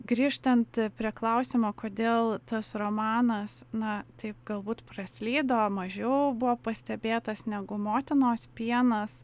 grįžtant prie klausimo kodėl tas romanas na taip galbūt praslydo mažiau buvo pastebėtas negu motinos pienas